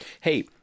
Hey